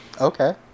Okay